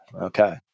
Okay